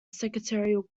secretarial